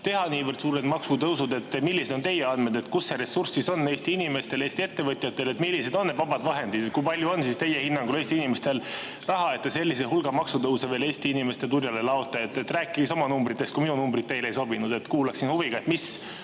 teha niivõrd suured maksutõusud? Millised on teie andmed, kus see ressurss on Eesti inimestel ja Eesti ettevõtjatel? Millised on need vabad vahendid? Kui palju on teie hinnangul Eesti inimestel raha, et te sellise hulga maksutõuse veel Eesti inimeste turjale laote? Rääkige siis oma numbritest, kui minu numbrid teile ei sobinud. Kuulaksin huviga, mis